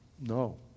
no